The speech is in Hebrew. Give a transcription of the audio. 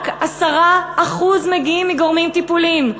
רק 10% מגיעים מגורמים טיפוליים.